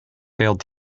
failed